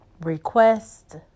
request